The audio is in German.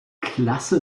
klasse